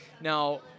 Now